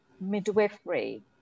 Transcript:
midwifery